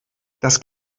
das